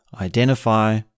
identify